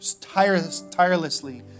tirelessly